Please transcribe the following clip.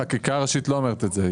החקיקה הראשית לא אומרת את זה.